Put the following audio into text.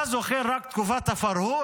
אתה זוכר רק תקופת הפרהוד?